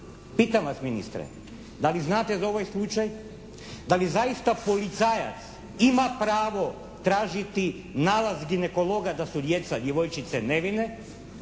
Pitam vas ministre, da li znate za ovaj slučaj, da li zaista policajac ima pravo tražiti nalaz ginekologa da su djeca, djevojčice nevine,